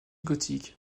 gothique